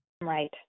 Right